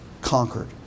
conquered